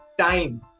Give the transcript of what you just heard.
time